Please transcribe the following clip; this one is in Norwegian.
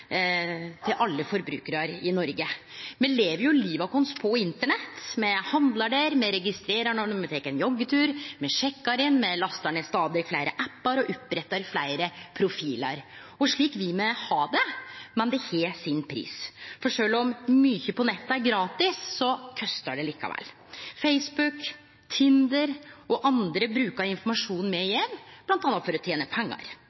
til alle forbrukarar i Noreg. Me lever jo livet vårt på internett, me handlar der, me registrerer når me tek ein joggetur, me sjekkar inn, me lastar ned stadig fleire appar og opprettar fleire profilar. Slik vil me ha det, men det har sin pris. For sjølv om mykje på nettet er gratis, kostar det likevel. Facebook, Tinder og andre brukar informasjonen me gjev, blant anna for å tene pengar.